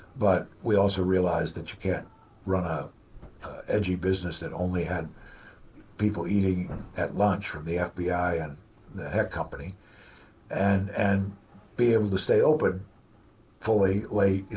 but we also realized that you can't run a edgy business that only had people eating at lunch from the fbi and the head company and and be able to stay open fully late,